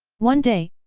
one day,